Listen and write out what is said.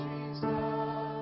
Jesus